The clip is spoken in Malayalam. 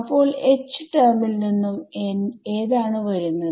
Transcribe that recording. അപ്പോൾ H ടെർമിൽ നിന്നും ഏതാണ് വരുന്നത്